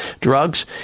drugs